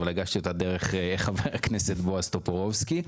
אבל הגשתי אותה דרך חבר הכנסת בועז טופורובסקי,